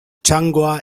txangoa